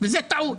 וזו טעות.